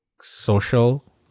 social